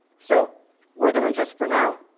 so we're going to just, for now,